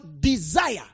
desire